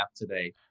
today